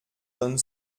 donne